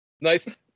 nice